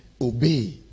Obey